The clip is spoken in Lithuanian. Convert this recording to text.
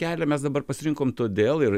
kelią mes dabar pasirinkom todėl ir